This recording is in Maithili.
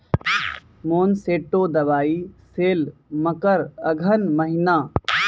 मोनसेंटो दवाई सेल मकर अघन महीना,